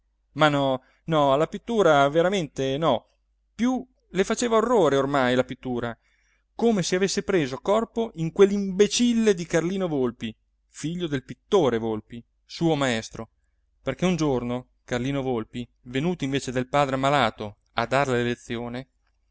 ma no no alla pittura veramente no più le faceva orrore ormai la pittura come se avesse preso corpo in quell'imbecille di carlino volpi figlio del pittore volpi suo maestro perché un giorno carlino volpi venuto invece del padre ammalato a darle lezione